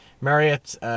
Marriott